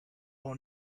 will